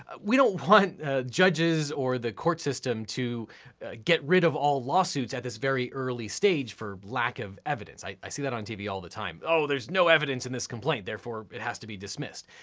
ah we don't want judges or the court system to get rid of all lawsuits at this very early stage for lack of evidence. i see that on tv all the time. oh there's no evidence in this complaint. therefore, it has to be dismissed.